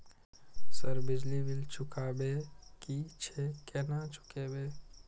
Sir बिजली bill चुकाबे की छे केना चुकेबे?